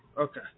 Okay